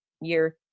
year